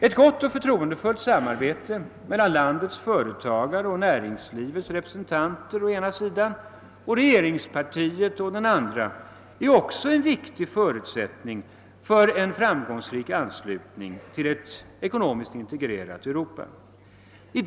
Ett gott och förtroendefullt samarbete mellan landets företag och näringslivets representanter å ena sidan och regeringspartiet å andra sidan är också en viktig förutsättning för en framgångsrik anslutning till ett ekonomiskt integrerat Europa.